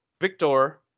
Victor